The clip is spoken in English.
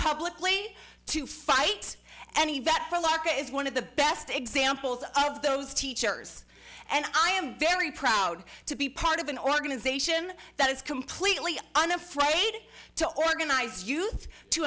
publicly to fight any better laugher is one of the best examples of those teachers and i am very proud to be part of an organization that is completely unafraid to organize youth to